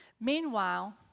Meanwhile